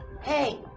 Hey